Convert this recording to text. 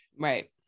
Right